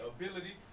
ability